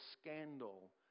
scandal